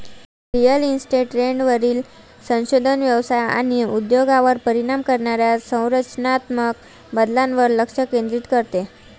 real estate ट्रेंडवरील संशोधन व्यवसाय आणि उद्योगावर परिणाम करणाऱ्या संरचनात्मक बदलांवर लक्ष केंद्रित करते